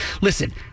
Listen